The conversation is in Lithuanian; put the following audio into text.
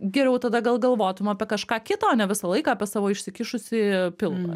geriau tada gal galvotum apie kažką kito o ne visą laiką apie savo išsikišusį pilvą